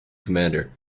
commander